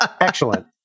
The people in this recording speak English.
Excellent